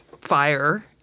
fire